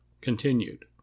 Continued